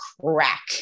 crack